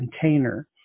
container